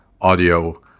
audio